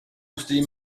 steam